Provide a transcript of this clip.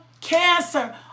cancer